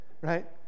right